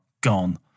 gone